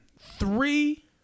Three